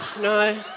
No